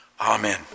Amen